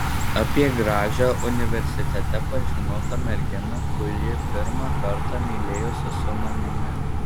apie gražią universitete pažinotą merginą kuri pirmą kartą mylėjosi su manimi